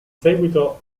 seguito